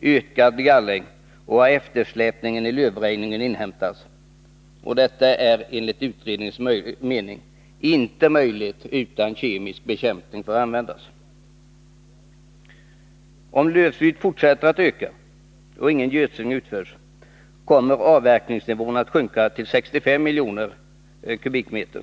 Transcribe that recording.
ökad gallring och att eftersläpningen beträffande lövröjningen inhämtas — och detta är enligt utredningens mening inte möjligt utan att kemisk bekämpning får användas. Om lövslyet fortsätter att öka och ingen gödsling utförs kommer avverkningsnivån att sjunka till 65 miljoner skogskubikmeter.